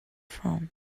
from